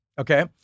Okay